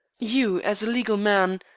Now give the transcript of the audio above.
you, as a legal man,